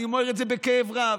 אני אומר את זה בכאב רב.